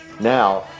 Now